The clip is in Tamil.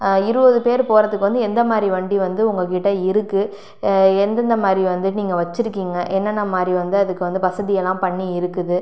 இருபது பேர் போறதுக்கு வந்து எந்த மாதிரி வண்டி வந்து உங்கள்கிட்ட இருக்குது எந்தெந்த மாதிரி வந்து நீங்கள் வச்சுருக்கீங்க என்னென்ன மாதிரி வந்து அதுக்கு வந்து வசதி எல்லாம் பண்ணி இருக்குது